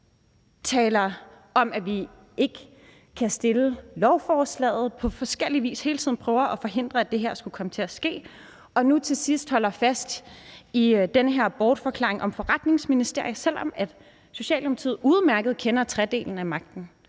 Man taler om, at vi ikke kan fremsætte lovforslaget, og man prøver hele tiden på forskellig vis at forhindre, at det her skulle komme til at ske, og nu til sidst holder man fast i den her bortforklaring om et forretningsministerium, selv om Socialdemokratiet udmærket kender til tredelingen af magten